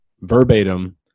Verbatim